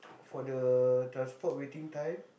for the transport waiting time